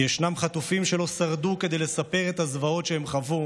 כי ישנם חטופים שלא שרדו כדי לספר את הזוועות שחוו